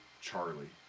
Charlie